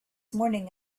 morning